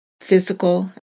physical